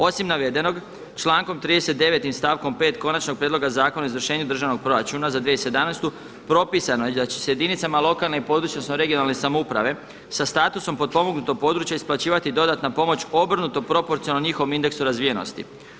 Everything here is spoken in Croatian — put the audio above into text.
Osim navedenog člankom 39. stavkom 5. Konačnog prijedloga zakona o izvršenju Državnog proračuna za 2017. propisano je da će se jedinicama lokalne (regionalne) i područne samouprave sa statusom potpomognutog područja isplaćivati dodatna pomoć obrnuto proporcionalno njihovom indeksu razvijenosti.